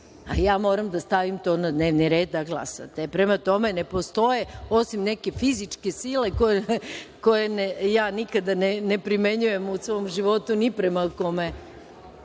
ja moram da stavim to na dnevni red. Prema tome, ne postoje, osim neke fizičke sile, koju ja nikada ne primenjujem u svom životu ni prema kome